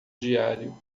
diário